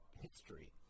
history